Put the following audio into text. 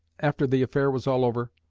after the affair was all over,